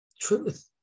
truth